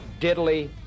diddly